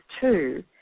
two